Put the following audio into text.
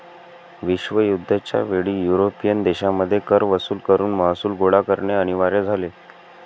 विश्वयुद्ध च्या वेळी युरोपियन देशांमध्ये कर वसूल करून महसूल गोळा करणे अनिवार्य झाले